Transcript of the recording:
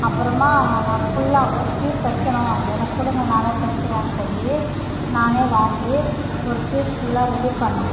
அப்புறமா நான் ஃபுல்லாக ஒரு பீஸ் தைக்கணும் எனக்கு கொடுங்க நான் தைக்கிறனு சொல்லி நான் வாங்கி ஒரு பீஸ் ஃபுல்லாக ரெடி பண்ணேன்